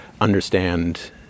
understand